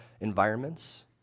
environments